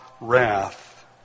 wrath